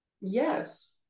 yes